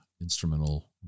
instrumental